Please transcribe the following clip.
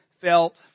felt